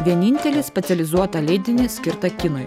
vienintelį specializuotą leidinį skirtą kinui